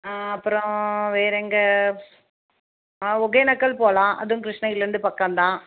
அப்புறம் வேறு எங்கே ஆ ஒக்கேனக்கல் போகலாம் அதுவும் கிருஷ்ணகிரிலருந்து பக்கம்தான்